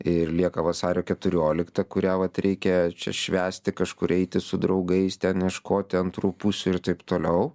ir lieka vasario keturiolikta kurią vat reikia čia švęsti kažkur eiti su draugais ten ieškoti antrų pusių ir taip toliau